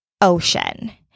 Ocean